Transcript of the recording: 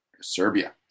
Serbia